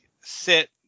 sit